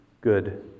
good